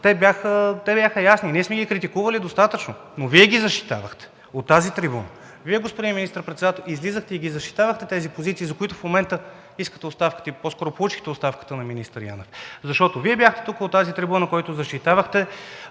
те бяха ясни. Ние сме ги критикували достатъчно, но Вие ги защитавахте от тази трибуна. Вие, господин Министър-председател, излизахте и ги защитавахте тези позиции, за които в момента искате оставката, или по-скоро получихте оставката на министър Янев. Защото Вие бяхте тук от тази трибуна, който защитавахте